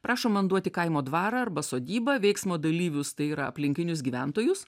prašom man duoti kaimo dvarą arba sodybą veiksmo dalyvius tai yra aplinkinius gyventojus